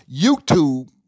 YouTube